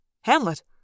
Hamlet